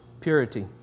purity